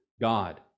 god